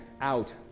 out